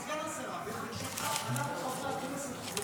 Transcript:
אבל סגן השרה, ברשותך, אנחנו חברי הכנסת רוצים